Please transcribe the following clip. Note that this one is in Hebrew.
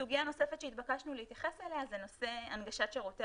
סוגיה נוספת שהתבקשנו להתייחס אליה זה נושא הנגשת שירותי